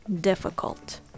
difficult